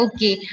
Okay